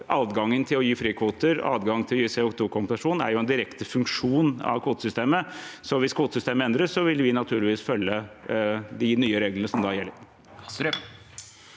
adgangen til å gi frikvoter, adgang til å gi CO2-kompensasjon, en direkte funksjon av kvotesystemet, så hvis kvotesystemet endres, vil vi naturligvis følge de nye reglene som da gjelder.